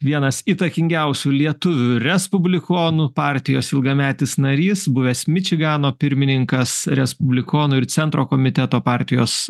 vienas įtakingiausių lietuvių respublikonų partijos ilgametis narys buvęs mičigano pirmininkas respublikonų ir centro komiteto partijos